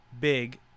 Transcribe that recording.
big